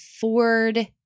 Ford